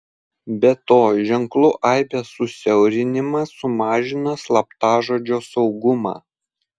be to ženklų aibės susiaurinimas sumažina slaptažodžio saugumą